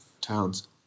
Towns